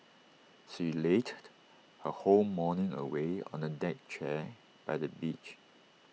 she lazed her whole morning away on A deck chair by the beach